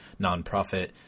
nonprofit